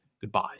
Goodbye